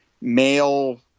male